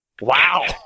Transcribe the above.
Wow